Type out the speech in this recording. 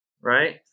Right